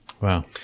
wow